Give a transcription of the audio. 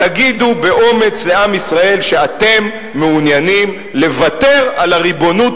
תגידו באומץ לעם ישראל שאתם מעוניינים לוותר על הריבונות